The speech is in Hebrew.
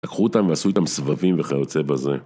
לקחו אותם, ועשו איתם סבבים, וכיוצא בזה